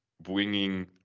bringing